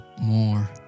more